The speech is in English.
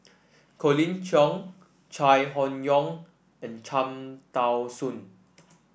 Colin Cheong Chai Hon Yoong and Cham Tao Soon